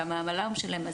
כמה עמלה הוא משלם.